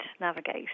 navigate